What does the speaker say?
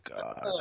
God